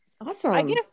awesome